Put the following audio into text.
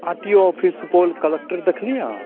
आर T O office Supaul collectorate देखलियै अहाँ